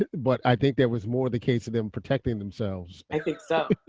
but i think there was more the case of them protecting themselves. i think so.